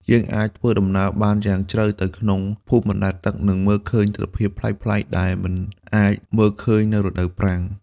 យើងអាចធ្វើដំណើរបានយ៉ាងជ្រៅទៅក្នុងភូមិបណ្តែតទឹក និងមើលឃើញទិដ្ឋភាពប្លែកៗដែលមិនអាចមើលឃើញនៅរដូវប្រាំង។